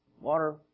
Water